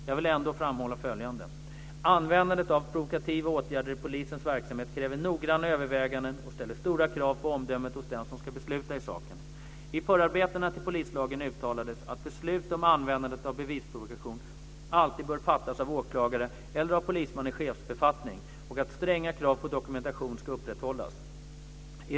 Jag vill ändå framhålla följande: Användandet av provokativa åtgärder i polisens verksamhet kräver noggranna överväganden och ställer stora krav på omdömet hos den som ska besluta i saken. I förarbetena till polislagen uttalades att beslut om användande av bevisprovokation alltid bör fattas av åklagare eller av polisman i chefsbefattning och att stränga krav på dokumentation ska upprätthållas.